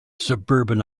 suburban